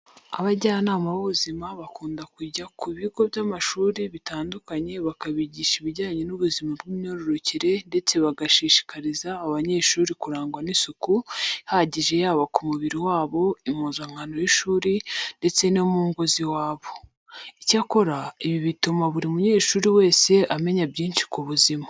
Abajyanama b'ubuzima bakunda kujya mu bigo by'amashuri bitandukanye bakabigisha ibijyanye n'ubuzima bw'imyororokere ndetse bagashishikariza aba banyeshuri kurangwa n'isuku ihagije yaba ku mubiri wabo, impuzankano y'ishuri ndetse no mu ngo z'iwabo. Icyakora, ibi bituma buri munyeshuri wese amemya byinshi ku buzima.